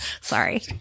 Sorry